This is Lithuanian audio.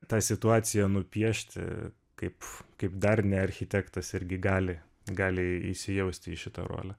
tą situaciją nupiešti kaip kaip dar ne architektas irgi gali gali įsijausti į šitą rolę